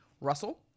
Russell